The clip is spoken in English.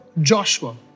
Joshua